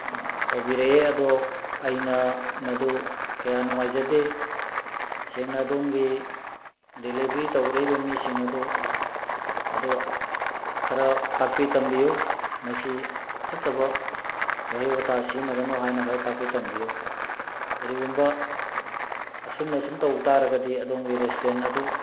ꯇꯧꯕꯤꯔꯛꯑꯦ ꯑꯗꯣ ꯑꯩꯅ ꯃꯗꯨ ꯀꯌꯥ ꯅꯨꯡꯉꯥꯏꯖꯗꯦ ꯁꯦꯡꯅ ꯑꯗꯣꯝꯒꯤ ꯗꯦꯂꯤꯚꯔꯤ ꯇꯧꯕꯤꯔꯛꯏꯕ ꯃꯤꯁꯤꯡ ꯑꯗꯣ ꯑꯗꯣ ꯈꯔ ꯇꯥꯛꯄꯤ ꯇꯝꯕꯤꯌꯨ ꯃꯁꯤ ꯐꯠꯇꯕ ꯋꯥꯍꯩ ꯋꯇꯥ ꯁꯤꯖꯟꯅꯒꯅꯨ ꯍꯥꯏꯅ ꯈꯔ ꯇꯥꯛꯄꯤ ꯇꯝꯕꯤꯌꯨ ꯀꯔꯤꯒꯨꯝꯕ ꯑꯁꯨꯝꯅ ꯁꯨꯝ ꯇꯧꯕ ꯇꯥꯔꯒꯗꯤ ꯑꯗꯣꯝꯒꯤ ꯔꯦꯁꯇꯨꯔꯦꯟ ꯑꯗꯨ